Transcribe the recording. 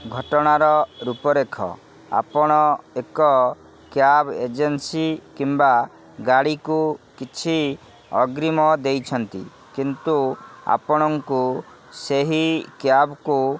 ଘଟଣାର ରୂପରେଖ ଆପଣ ଏକ କ୍ୟାବ୍ ଏଜେନ୍ସି କିମ୍ବା ଗାଡ଼ିକୁ କିଛି ଅଗ୍ରୀମ ଦେଇଛନ୍ତି କିନ୍ତୁ ଆପଣଙ୍କୁ ସେହି କ୍ୟାବ୍କୁ